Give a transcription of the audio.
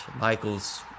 Michael's